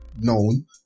known